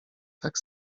tak